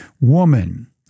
woman